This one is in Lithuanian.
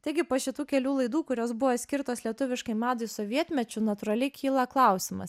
taigi po šitų kelių laidų kurios buvo skirtos lietuviškai madai sovietmečiu natūraliai kyla klausimas